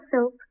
soap